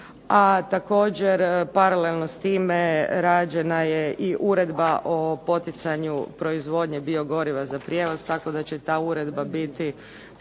A također paralelno s time rađena je i Uredba o poticanju proizvodnje biogoriva za prijevoz tako da će ta uredba biti